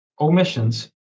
omissions